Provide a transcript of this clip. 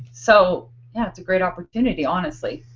so yeah that's a great opportunity honestly.